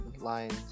lines